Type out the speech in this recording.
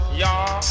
y'all